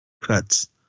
cuts